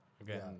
Again